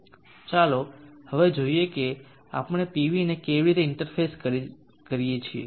ચાલો હવે જોઈએ કે આપણે PV ને કેવી રીતે ઇન્ટરફેસ કરીએ છીએ